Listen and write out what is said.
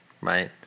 right